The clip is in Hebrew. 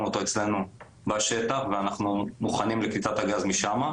אותו אצלנו בשטח ואנחנו מוכנים לקליטת הגז משם.